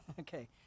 okay